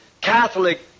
Catholic